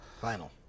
Final